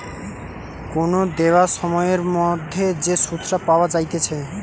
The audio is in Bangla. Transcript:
কোন দেওয়া সময়ের মধ্যে যে সুধটা পাওয়া যাইতেছে